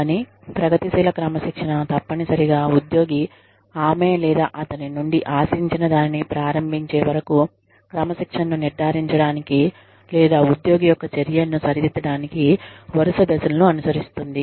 కానీ ప్రగతిశీల క్రమశిక్షణ తప్పనిసరిగా ఉద్యోగి ఆమె లేదా అతని నుండి ఆశించినదానిని ప్రారంబించే వరకు క్రమశిక్షణను నిర్ధారించడానికి లేదా ఉద్యోగి యొక్క చర్యలను సరిదిద్దడానికి వరుస దశలను అనుసరిస్తుంది